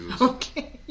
Okay